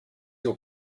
your